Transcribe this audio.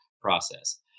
process